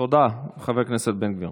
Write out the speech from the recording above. תודה, חבר הכנסת בן גביר.